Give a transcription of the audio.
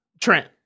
Trent